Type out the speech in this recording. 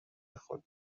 خود